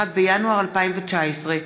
1 בינואר 2019,